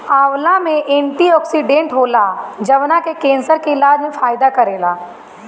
आंवला में एंटीओक्सिडेंट होला जवन की केंसर के इलाज में फायदा करेला